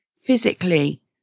physically